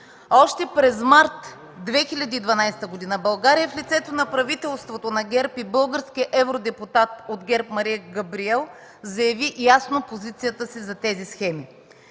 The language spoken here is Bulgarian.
Още през март 2012 г. България, в лицето на правителството на ГЕРБ и българския евродепутат от ГЕРБ Мария Габриел, заяви ясно позицията си за тези схеми.